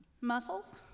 muscles